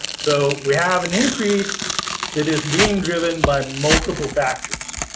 so we have an increase that is being driven by multiple factors,